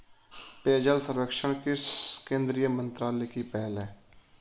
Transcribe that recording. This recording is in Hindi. पेयजल सर्वेक्षण किस केंद्रीय मंत्रालय की पहल है?